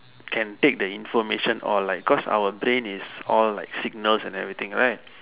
can take the information all like cause our brain is all like signals and everything right